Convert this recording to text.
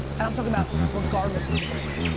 and i'm talking about regardless of the brand,